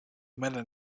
meta